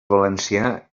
valencià